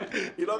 באמת